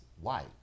white